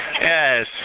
Yes